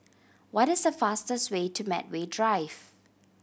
what is the fastest way to Medway Drive